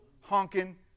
honking